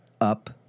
up